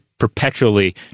perpetually